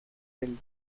del